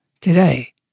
today